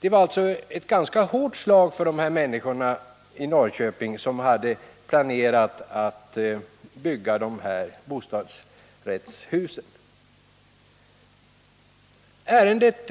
Det var alltså ett ganska hårt slag för de personer i Norrköping som hade planerat att bygga dessa bostadsrättshus. Ärendet